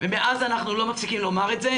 ומאז אנחנו לא מפסיקים לומר את זה,